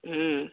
ହୁଁ